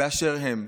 באשר הם?